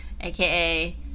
aka